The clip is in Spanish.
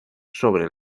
sobre